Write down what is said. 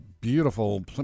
Beautiful